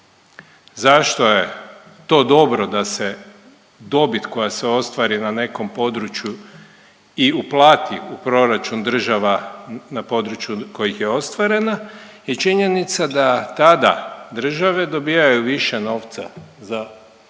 Zašto je to dobro da se dobit koja se ostvari na nekom području i uplati u proračun država na području kojih je ostvarena, je činjenica da tada države dobijaju više novca za javnu